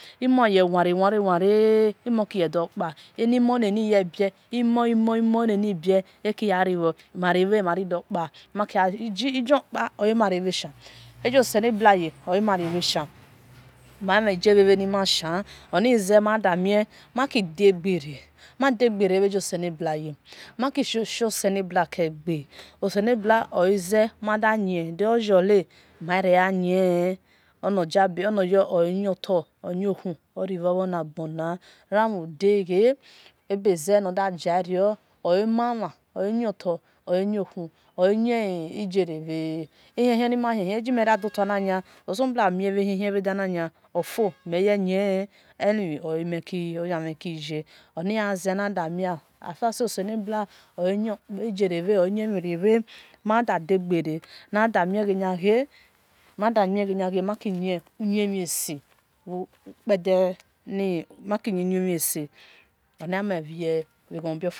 Imoa aki mora mura mura a okidup animo nanirebia imo imo imo nanibia akiareo marea makidupa ijopao maravash ajaselebuaya oimaravash mamegavaranim ash oaze madami maki dagere madagerevojo selebuaya makisho selebua kega oselebua ooze madayeredayole mareayana onaweoyeba oyehu erranagena reudaga abeze nonogero oomahi oayata ooyahu oayaereva ahi-hi amahi hi agemanadu tana oselebua amewena hi hina ofio meyanina oremekiye ogarere mathadagare mada migana makiyamise upada makiumise onamevoa oghon ghon ofurege.